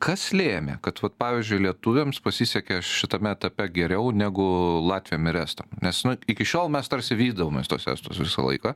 kas lėmė kad vat pavyzdžiui lietuviams pasisekė šitame etape geriau negu latviam ir estam nes iki šiol mes tarsi vydavomės tuos estus visą laiką